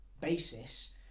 basis